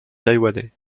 taïwanais